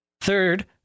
Third